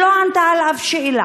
שלא ענתה על אף שאלה,